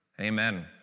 amen